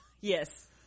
Yes